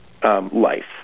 Life